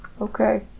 okay